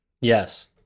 Yes